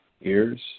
Ears